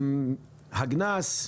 הגנ"ס,